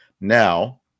Now